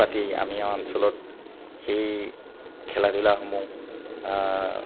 পাতি আমি আমাৰ অঞ্চলত সেই খেলা ধূলাসমূহ